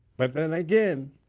but then again